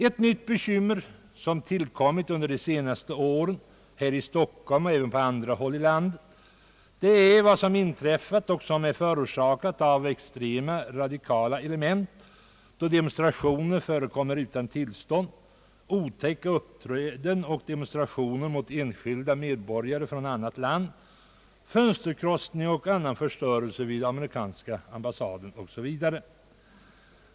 Ett nytt bekymmer, som har tillkommit under de senaste åren här i Stockholm men även på andra håll i landet, är vad som förorsakats av extrema radikala element genom demonstrationer utan tillstånd, otäcka uppträden och demonstrationer mot enskilda medborgare från annat land, fönsterkrossning och annan förstörelse vid amerikanska ambassaden osv.